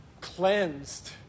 cleansed